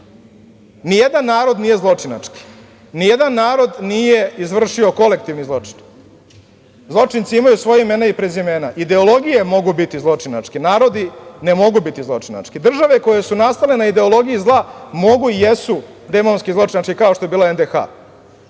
koncept. Nijedan narod nije zločinački. Nijedan narod nije izvršio kolektivni zločin. Zločinci imaju svoja imena i prezimena. Ideologije mogu biti zločinačke. Narodi ne mogu biti zločinački. Države koje su nastale na ideologiji zla mogu i jesu demonski zločinci, kao što je bila NDH,